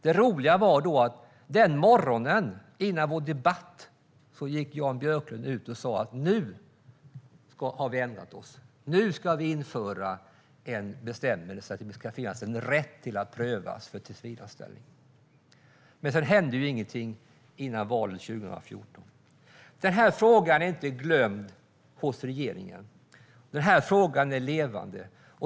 Det roliga var att den morgonen, innan vår debatt, gick Jan Björklund ut och sa att nu har vi ändrat oss och ska införa en bestämmelse om att det ska finnas en rätt till att prövas för tillsvidareanställning. Men sedan hände ingenting innan valet 2014. Den här frågan är inte glömd av regeringen. Den här frågan är levande.